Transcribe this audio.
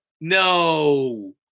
No